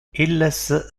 illes